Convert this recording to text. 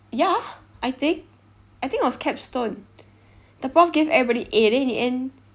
ya I think I think it was capstone the prof gave everybody A then in the end